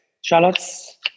shallots